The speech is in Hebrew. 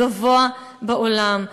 הגבוה בעולם.